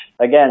again